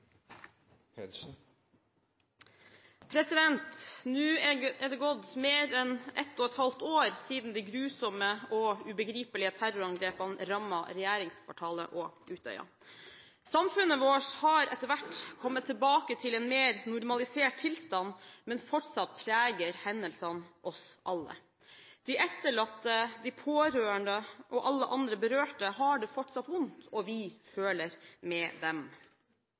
det gått mer enn ett og et halvt år siden de grusomme og ubegripelige terrorangrepene rammet regjeringskvartalet og Utøya. Samfunnet vårt har etter hvert kommet tilbake til en mer normalisert tilstand, men fortsatt preger hendelsene oss alle. De etterlatte, de pårørende og alle andre berørte har det fortsatt vondt, og vi føler med dem.